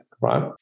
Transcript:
right